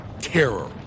terror